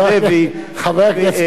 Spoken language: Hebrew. לא